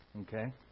okay